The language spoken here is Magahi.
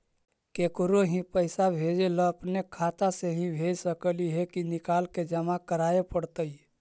केकरो ही पैसा भेजे ल अपने खाता से ही भेज सकली हे की निकाल के जमा कराए पड़तइ?